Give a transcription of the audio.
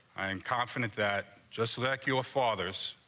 i am confident that just like your father's,